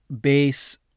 base